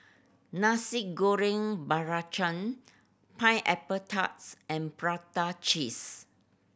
Nasi Goreng Belacan pineapple tarts and prata cheese